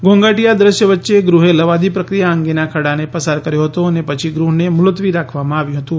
ઘોંઘાટીયા દ્રશ્ય વચ્ચે ગૃહે લવાદી પ્રક્રિયા અંગેના ખરડાને પસાર કર્યો હતો અને પછી ગૃહને મુલતવી રાખવામાં આવ્યું હતું